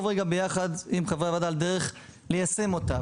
ביחד עם חברי הוועדה על דרך ליישם אותה,